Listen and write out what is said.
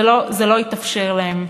וזה לא התאפשר להם.